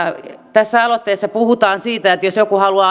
tässä aloitteessa puhutaan siitä että jos joku haluaa